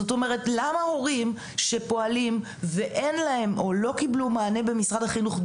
זאת אומרת למה הורים שפועלים ואין להם או לא קיבלו מענה במשרד החינוך,